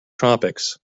tropics